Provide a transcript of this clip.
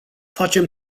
facem